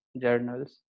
journals